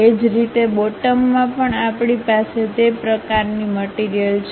એ જ રીતે બોટમમાં પણ આપણી પાસે તે પ્રકારની મટીરીયલ છે